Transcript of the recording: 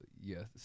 yes